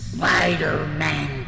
Spider-Man